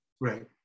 Right